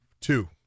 two